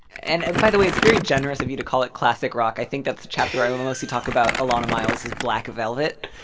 and by the way, it's very generous of you to call it classic rock. i think that's the chapter i mostly talk about alannah myles' black velvet.